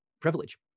privilege